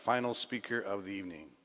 final speaker of the evening